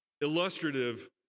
illustrative